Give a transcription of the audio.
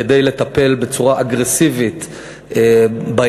כדי לטפל בצורה אגרסיבית בעניין.